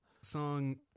song